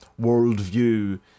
worldview